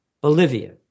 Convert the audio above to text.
Bolivia